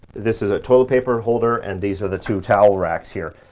this is a toilet paper holder and these are the two towel racks here.